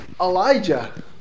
Elijah